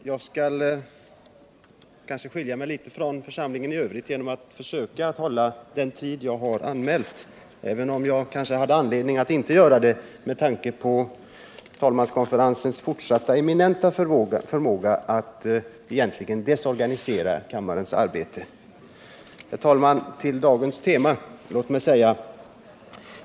Herr talman! Jag kommer kanske att skilja mig litet från de övriga debattörerna genom att jag skall försöka hålla den talartid som jag har anmält — trots att jag möjligen hade anledning att inte göra det, med tanke på talmanskonferensens fortsatta eminenta förmåga att egentligen desorganisera kammarens arbete. Herr talman! Låt mig beträffande dagens debattema säga följande.